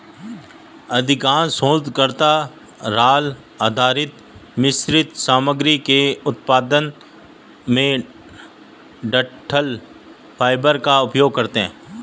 अधिकांश शोधकर्ता राल आधारित मिश्रित सामग्री के उत्पादन में डंठल फाइबर का उपयोग करते है